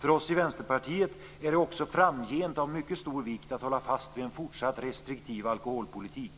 För oss i Vänsterpartiet är det också framgent av mycket stor vikt att hålla fast vid en fortsatt restriktiv alkoholpolitik.